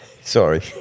Sorry